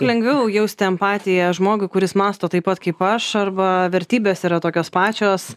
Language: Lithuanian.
lengviau jausti empatiją žmogui kuris mąsto taip pat kaip aš arba vertybės yra tokios pačios